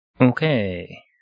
Okay